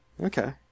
Okay